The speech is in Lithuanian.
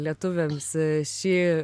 lietuviams šį